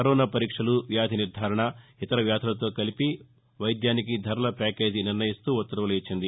corona పరీక్షలు వ్యాధి నిర్దారణ ఇతర వ్యాధులతో కలిపి వైద్యానికి ధరల ప్యాకేజి నిర్ణయిస్తూ ఉత్తర్వులు ఇచ్చింది